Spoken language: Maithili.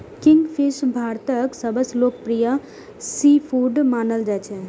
किंगफिश भारतक सबसं लोकप्रिय सीफूड मानल जाइ छै